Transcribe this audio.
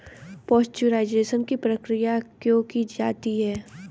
Pasteurisation की क्रिया क्यों की जाती है?